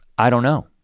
i don't know.